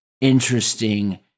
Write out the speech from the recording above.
interesting